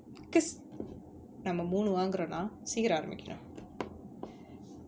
cause நம்ம மூணு வாங்கரோனா சீக்கரம் ஆரம்பிக்கனும்:namma moonu vaangaronaa seekaram aarambikkanum